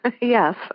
Yes